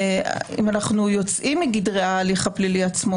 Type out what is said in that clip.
אם אנחנו יוצאים מגדרי ההליך הפלילי עצמו